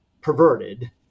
perverted